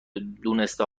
دونسته